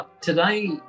Today